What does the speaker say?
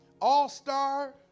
all-star